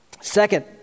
second